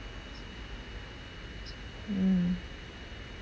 mm